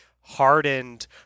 hardened